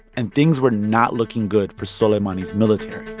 and things were not looking good for soleimani's military